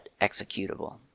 executable